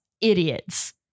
idiots